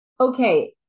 Okay